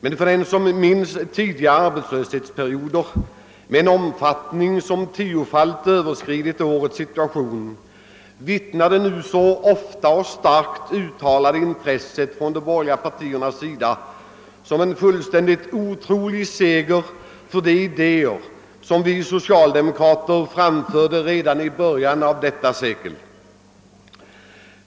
Men för den som minns tidigare arbetslöshetsperioder med arbetslöshetssiffror, som tiofalt överträffar årets, framstår det nu så ofta och starkt uttalade intresset från de borgerliga partiernas sida som en fullständigt otrolig seger för de idéer som vi socialdemokrater framförde redan i början av detta sekel.